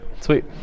sweet